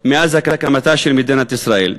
מאז הקמתה של מדינת ישראל.